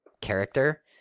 character